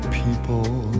people